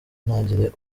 ntagire